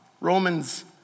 Romans